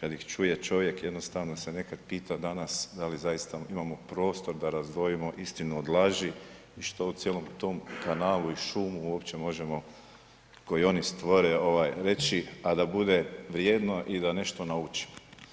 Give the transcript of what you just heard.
kad ih čuje čovjek jednostavno se nekad pita danas da li zaista imamo prostor da razdvojimo istinu od laži i što u cijelom tom kanalu i šumu uopće možemo, koji oni stvore ovaj reći, a da bude vrijedno i da nešto naučimo.